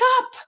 up